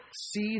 See